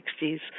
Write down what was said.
1960s